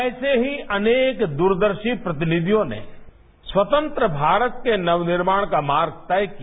ऐसे ही अनेक दूरदर्शी प्रतिनिधियों ने स्वतंत्र भारत के नवनिर्माण का मार्ग तक किया